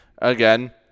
Again